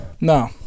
No